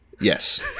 Yes